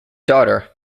daughter